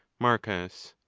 marcus.